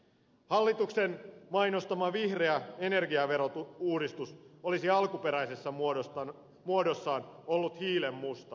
hallituksen mainostama vihreä energiaverouudistus olisi alkuperäisessä muodossaan ollut hiilenmusta